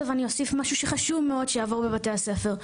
ואני אוסיף משהו שחשוב מאוד שיעבור בבתי הספר,